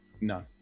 no